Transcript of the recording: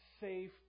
safe